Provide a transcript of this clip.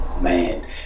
Man